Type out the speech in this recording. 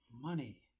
money